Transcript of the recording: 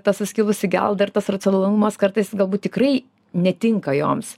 ta suskilusi gelda ir tas racionalumas kartais galbūt tikrai netinka joms